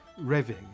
revving